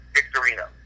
Victorino